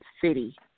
City